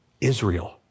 Israel